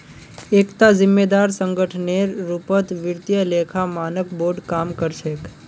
एकता जिम्मेदार संगठनेर रूपत वित्तीय लेखा मानक बोर्ड काम कर छेक